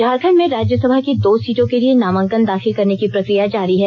झारखंड में राज्यसभा की दो सीटों के लिए नामांकन दाखिल करने की प्रक्रिया जारी है